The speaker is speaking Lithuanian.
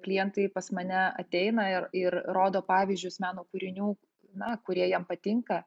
klientai pas mane ateina ir ir rodo pavyzdžius meno kūrinių na kurie jam patinka